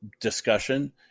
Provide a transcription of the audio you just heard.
discussion